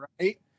Right